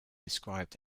described